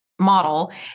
model